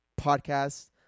podcast